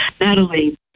Natalie